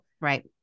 Right